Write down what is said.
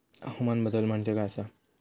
हवामान बदल म्हणजे काय आसा?